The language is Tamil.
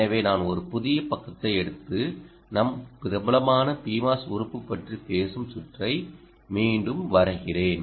எனவே நான் ஒரு புதிய பக்கத்தை எடுத்து நம் பிரபலமான Pmos உறுப்பு பற்றி பேசும் சுற்றை மீண்டும் வரைகிறேன்